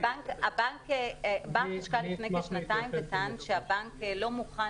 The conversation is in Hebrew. החשכ"ל אמר לפני שנתיים שהבנק לא מוכן